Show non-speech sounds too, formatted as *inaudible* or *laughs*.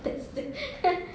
that's the *laughs*